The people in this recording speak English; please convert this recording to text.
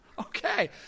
Okay